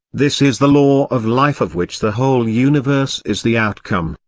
this is the law of life of which the whole universe is the outcome,